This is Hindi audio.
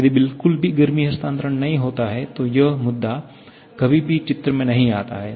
यदि बिल्कुल भी गर्मी हस्तांतरण नहीं होता है तो यह मुद्दा कभी भी चित्र में नहीं आता है